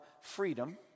freedom